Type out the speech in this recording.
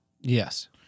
Yes